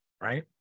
right